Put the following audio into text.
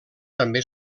també